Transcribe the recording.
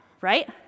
right